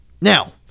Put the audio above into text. Now